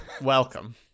Welcome